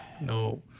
no